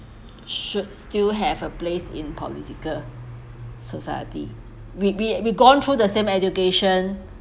should still have a place in political society we we we've gone through the same education